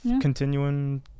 continuing